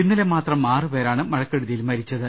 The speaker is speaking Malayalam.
ഇന്നലെ മാത്രം ആറുപേരാണ് മഴ ക്കെടുതിയിൽ മരിച്ചത്